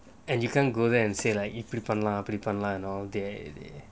and you can't go there and say like இப்படி பபண்ணலாம் அப்படி பபண்ணலாம்:ippadi pannalaam appadi pannalaam